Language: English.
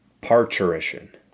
parturition